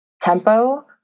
tempo